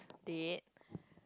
date